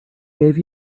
gave